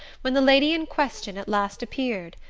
when the lady in question at last appeared.